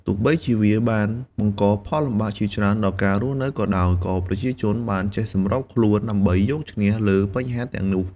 ទោះបីជាវាបានបង្កផលលំបាកជាច្រើនដល់ការរស់នៅក៏ដោយ ក៏ប្រជាជនបានចេះសម្របខ្លួនដើម្បីយកឈ្នះលើបញ្ហាទាំងនោះ។